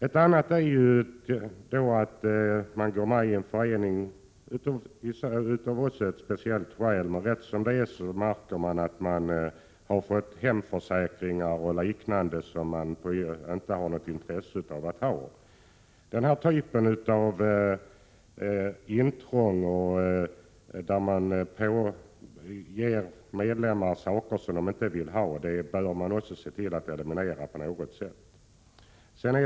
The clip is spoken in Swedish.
En annan avart är när människor har gått med i en förening av ett speciellt skäl och plötsligt märker att de har fått hemförsäkringar och liknande som de inte har något intresse av. Denna typ av intrång, där medlemmar får saker som de inte vill ha, bör också elimineras.